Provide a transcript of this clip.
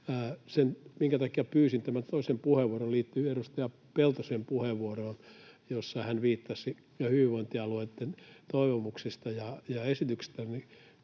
minkä takia pyysin tämän toisen puheenvuoron, liittyy edustaja Peltosen puheenvuoroon, jossa hän viittasi hyvinvointialueitten toivomuksiin ja esityksiin.